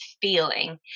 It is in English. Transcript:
feeling